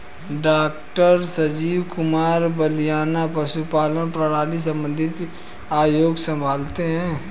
doctor Sanjeev Kumar Balyan पशुपालन प्रणाली संबंधित आयोग संभालते हैं